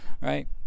Right